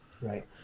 Right